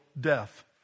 death